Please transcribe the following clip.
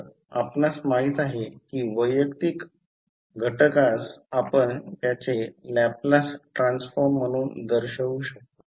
तर आपणास माहित आहे की वैयक्तिक घटकास आपण त्यांचे लॅपलास ट्रान्सफॉर्म म्हणून दर्शवु शकतो